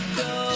go